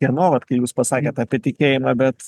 kieno vat kai jūs pasakėt apie tikėjimą bet